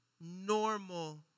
normal